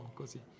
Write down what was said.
così